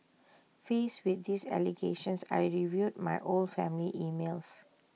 faced with these allegations I reviewed my old family emails